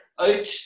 out